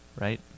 Right